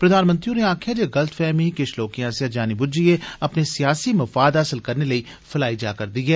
प्रधानमंत्री होरें आक्खेआ जे एह गल्तफैहमी किश लोके आस्सेआ जानी बुज्झिए अपने सियासी मफाद हासल करने लेई फैलाई जा रदी ऐ